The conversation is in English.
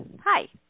Hi